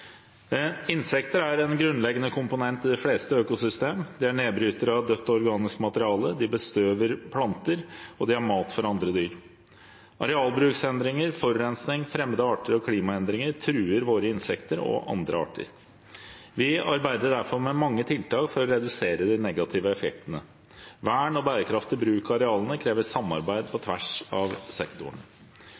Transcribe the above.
er en grunnleggende komponent i de fleste økosystemer. De er nedbrytere av dødt organisk materiale, de bestøver planter, og de er mat for andre dyr. Arealbruksendringer, forurensning, fremmede arter og klimaendringer truer våre insekter og andre arter. Vi arbeider derfor med mange tiltak for å redusere de negative effektene. Vern og bærekraftig bruk av arealene krever samarbeid på tvers av